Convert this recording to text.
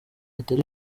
ritari